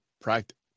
practice